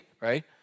right